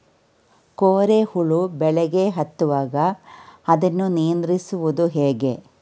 ಕೋರೆ ಹುಳು ಬೆಳೆಗೆ ಹತ್ತಿದಾಗ ಅದನ್ನು ನಿಯಂತ್ರಿಸುವುದು ಹೇಗೆ?